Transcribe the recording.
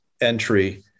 entry